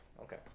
Okay